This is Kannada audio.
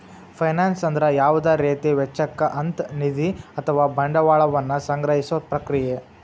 ಫೈನಾನ್ಸ್ ಅಂದ್ರ ಯಾವುದ ರೇತಿ ವೆಚ್ಚಕ್ಕ ಅಂತ್ ನಿಧಿ ಅಥವಾ ಬಂಡವಾಳ ವನ್ನ ಸಂಗ್ರಹಿಸೊ ಪ್ರಕ್ರಿಯೆ